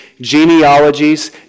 genealogies